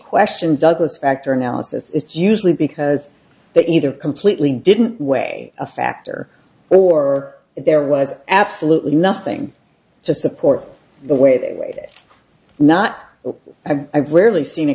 question douglas factor analysis it's usually because they either completely didn't weigh a factor or there was absolutely nothing to support where they waited not and i've rarely seen a